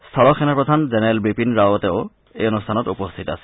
স্থল সেনাপ্ৰধান general Bipin Rawat এই অনুষ্ঠানত উপস্থিত আছিল